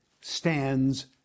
stands